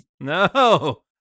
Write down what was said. No